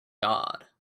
god